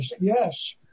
Yes